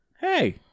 Hey